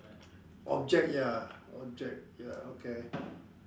object ya object ya okay